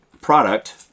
product